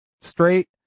Straight